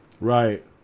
Right